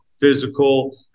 physical